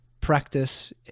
practice